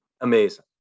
Amazing